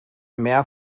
mehr